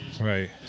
Right